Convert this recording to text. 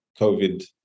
COVID